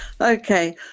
Okay